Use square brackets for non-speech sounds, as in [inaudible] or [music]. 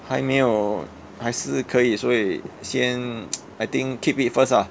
还没有还是可以所以先 [noise] I think keep it first ah